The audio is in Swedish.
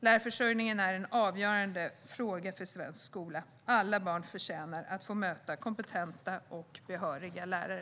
Lärarförsörjningen är en avgörande fråga för svensk skola. Alla barn förtjänar att få möta kompetenta och behöriga lärare.